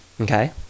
okay